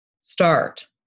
start